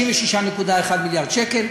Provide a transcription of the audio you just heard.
56.1 מיליארד שקל.